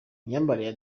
imyambarire